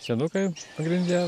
senukai pagrinde